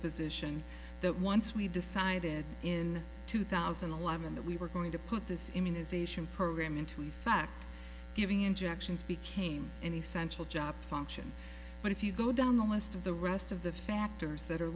position that once we decided in two thousand and eleven that we were going to put this immunization program into effect giving injections became an essential job function but if you go down the list of the rest of the factors that are